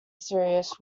serious